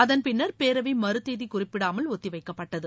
அதன்பின்னா் பேரவை மறுதேதி குறிப்பிடாமல் ஒத்திவைக்கப்பட்டது